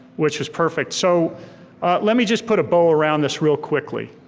which is perfect, so let me just put a bow around this real quickly,